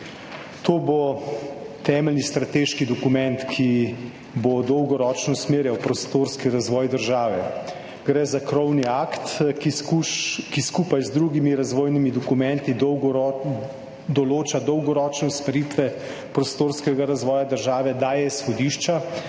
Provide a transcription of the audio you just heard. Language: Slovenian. To bo temeljni strateški dokument, ki bo dolgoročno usmerjal prostorski razvoj države. Gre za krovni akt, ki skupaj z drugimi razvojnimi dokumenti določa dolgoročne usmeritve prostorskega razvoja države, daje izhodišča